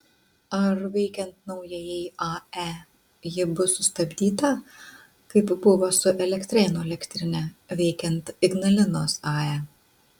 ar veikiant naujajai ae ji bus sustabdyta kaip buvo su elektrėnų elektrine veikiant ignalinos ae